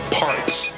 parts